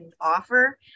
offer